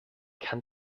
kann